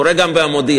זה קורה גם ב"המודיע",